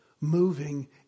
moving